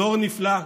דור נפלא,